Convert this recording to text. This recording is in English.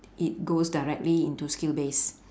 it goes directly into skill base